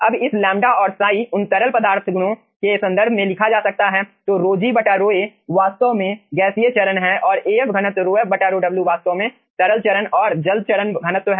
अब इस लैम्ब्डा λ और साई Ψ उन तरल पदार्थ गुणों के संदर्भ में लिखा जा सकता है तो ρg ρa वास्तव में गैसीय चरण है और Afघनत्व ρf ρw वास्तव में तरल चरण और जल चरण घनत्व है